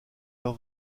leur